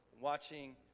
watching